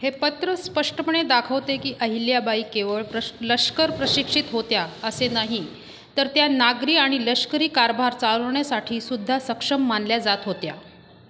हे पत्र स्पष्टपणे दाखवते की अहिल्याबाई केवळ प्र लष्कर प्रशिक्षित होत्या असे नाही तर त्या नागरी आणि लष्करी कारभार चालवण्यासाठीसुद्धा सक्षम मानल्या जात होत्या